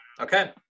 okay